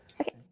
okay